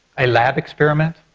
a lab experiment?